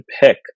pick